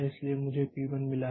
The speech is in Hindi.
इसलिए मुझे पी1 मिला है